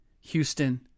Houston